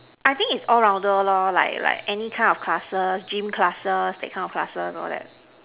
I think it's all rounder like like any kind of classes gym classes that kind of classes all that